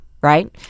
right